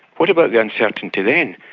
what about the uncertainty then?